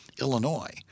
Illinois